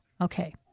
okay